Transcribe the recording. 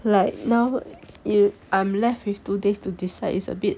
like now you I'm left with two days to decide it's a bit